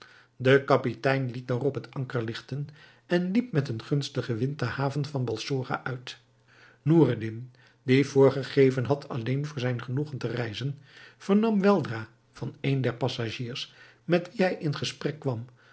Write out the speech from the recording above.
de kapitein liet daarop het anker ligten en liep met een gunstigen wind de haven van balsora uit noureddin die voorgegeven had alleen voor zijn genoegen te reizen vernam weldra van een der passagiers met wien hij in gesprek kwam